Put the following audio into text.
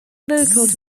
vocals